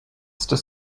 this